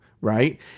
Right